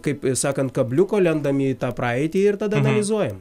kaip sakant kabliuko lendam į tą praeitį ir tada analizuojam